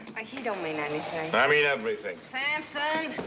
he don't mean anything. i mean everything. samson!